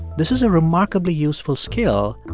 this is a remarkably useful skill,